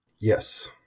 yes